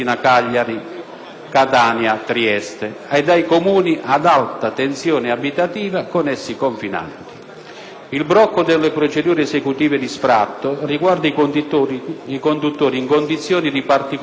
Cagliari, Trieste) ed ai Comuni ad alta tensione abitativa con essi confinanti. Il blocco delle procedure esecutive di sfratto riguarda i conduttori in condizioni di particolare disagio,